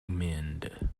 mend